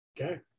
Okay